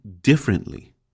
differently